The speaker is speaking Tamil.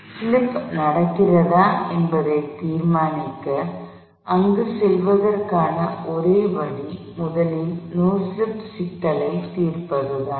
ஸ்லிப் நடக்கிறதா என்பதைத் தீர்மானிக்க அங்கு செல்வதற்கான ஒரே வழி முதலில் நோ ஸ்லிப் சிக்கலைத் தீர்ப்பதுதான்